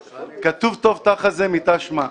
כתוב: "טוב תא חזי מתא שמע".